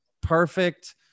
perfect